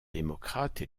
démocrates